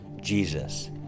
Jesus